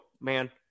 man